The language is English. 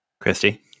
Christy